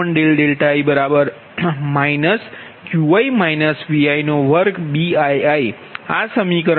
તો Pii Qi Vi2Bii આ સમીકરણ 66 છે